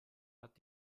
hat